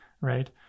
right